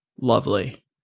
Lovely